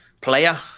player